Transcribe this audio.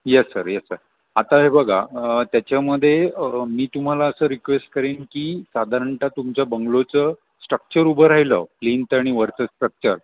yes sir yes sir आता हे बघा त्याच्यामध्ये मी तुम्हाला असं रिक्वेस्ट करेन की साधारणतः तुमचं बंगलोचं स्ट्रक्चर उभं राहिलं प्लिंथ आणि वरचं स्ट्रक्चर